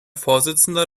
vorsitzender